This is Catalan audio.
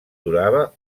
durava